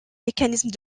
mécanisme